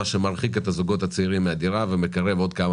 מה שמרחיק את הזוגות הצעירים מן הדירה ומקרב עוד כמה